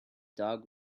dog